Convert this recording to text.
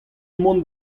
mont